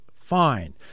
fine